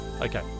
Okay